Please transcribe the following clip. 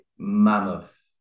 mammoth